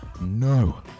No